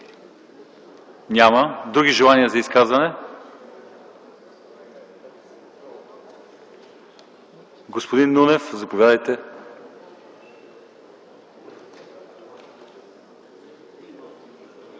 Няма. Други желания за изказвания? Господин Нунев, заповядайте.